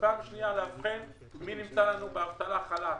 וגם לאבחן מי נמצא לנו באבטלה ובחל"ת.